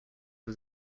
was